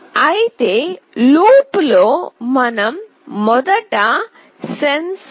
అయితే లూప్లో మనం మొదట సెన్సార్